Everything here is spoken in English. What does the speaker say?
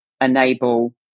enable